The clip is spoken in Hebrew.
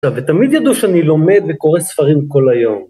טוב, ותמיד ידעו שאני לומד וקורא ספרים כל היום.